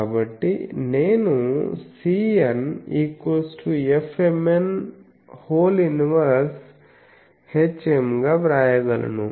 కాబట్టి నేను Cn Fmn 1hm గా వ్రాయగలను